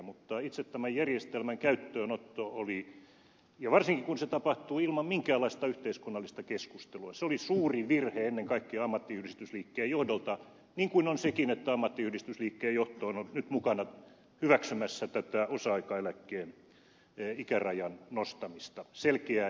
mutta itse tämän järjestelmän käyttöönotto oli ja varsinkin kun se tapahtui ilman minkäänlaista yhteiskunnallista keskustelua suuri virhe ennen kaikkea ammattiyhdistysliikkeen johdolta niin kuin se on sekin että ammattiyhdistysliikkeen johto on nyt mukana hyväksymässä tätä osa aikaeläkkeen ikärajan nostamista selkeää heikennystä